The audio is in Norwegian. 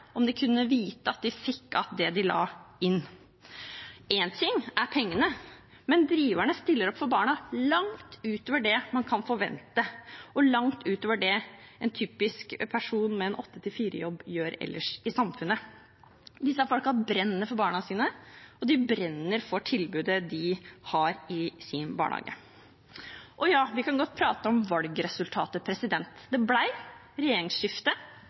om de kunne vite at de fikk igjen det de la inn. En ting er pengene, men driverne stiller opp for barna langt utover det man kan forvente, og langt utover det en person med en 8–16-jobb gjør ellers i samfunnet. Disse folkene brenner for barna sine, og de brenner for tilbudet de har i sin barnehage. Vi kan godt prate om valgresultatet. Det ble regjeringsskifte, og det